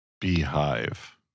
Beehive